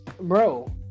bro